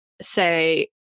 say